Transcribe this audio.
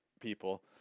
people